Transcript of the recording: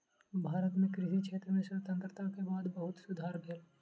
भारत मे कृषि क्षेत्र में स्वतंत्रता के बाद बहुत सुधार भेल